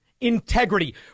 Integrity